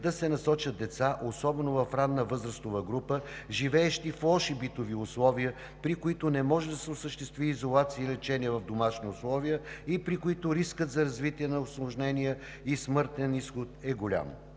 да се насочат деца, особено в ранна възрастова група, живеещи в лоши битови условия, при които не може да се осъществи изолация и лечение в домашни условия и при които рискът за развитие на усложнения и смъртен изход е голям;